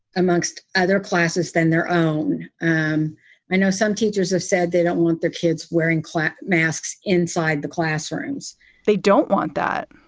amongst other classes than their own. um i know some teachers have said they don't want their kids wearing masks inside the classrooms they don't want that.